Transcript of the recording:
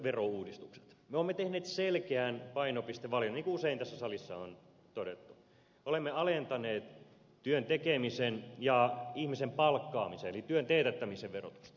me olemme tehneet selkeän painopistevalinnan niin kuin usein tässä salissa on todettu olemme alentaneet työn tekemisen ja ihmisen palkkaamisen eli työn teetättämisen verotusta